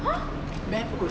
!huh!